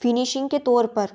finishing के तौर पर